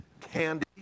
Candy